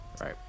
right